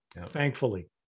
Thankfully